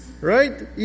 right